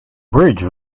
bridge